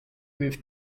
with